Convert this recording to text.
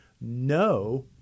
No